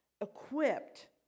equipped